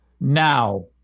now